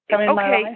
okay